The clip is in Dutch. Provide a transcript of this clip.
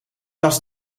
las